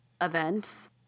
events